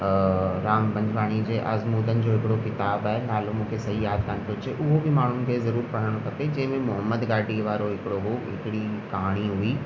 राम पंजवाणी जे आजमूदनि जो हिकिड़ो किताबु आहे नालो मूंखे सही यादि कान थो अचे हो बि माण्हुनि खे ज़रूरु पढ़णु खपे जंहि में मोहम्मद घाटी वारो हिकिड़ो हुओ हिकिड़ी कहाणी हुई